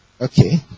Okay